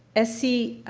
essie,